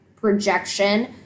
projection